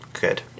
good